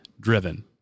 driven